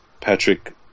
patrick